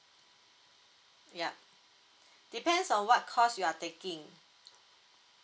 yeuh depends on what course you are taking